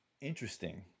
interesting